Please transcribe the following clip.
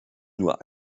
nur